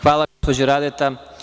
Hvala gospođo Radeta.